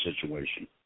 situation